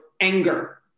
anger